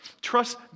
Trust